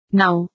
now